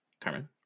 Carmen